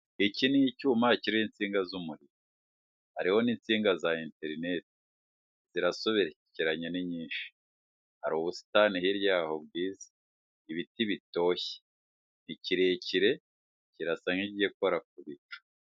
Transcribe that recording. Iki ni icyuma kirimo insinga z'umuriro hariho n'insinga za interineti zirasoberekeranye ni nyinshi hari ubusitani hirya yaho bwiza. Ibiti bitoshye ni kirekire kirasa nk'igikora ku bicu.